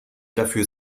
dafür